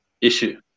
issue